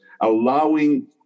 allowing